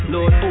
Lord